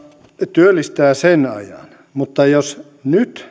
työllistää sen ajan mutta jos nyt